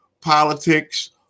politics